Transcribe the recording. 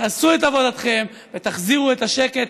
תעשו את עבודתכם ותחזירו את השקט,